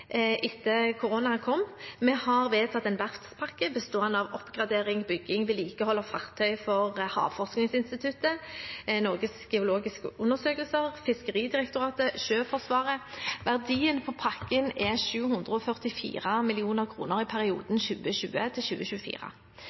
etter at koronaen kom. Vi har vedtatt en verftspakke bestående av oppgradering, bygging og vedlikehold av fartøy for Havforskningsinstituttet, Norges geologiske undersøkelse, Fiskeridirektoratet og Sjøforsvaret. Verdien på pakken er 744 mill. kr i perioden